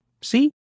See